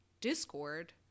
Discord